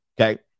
Okay